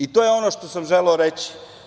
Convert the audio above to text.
I to je ono što sam želeo reći.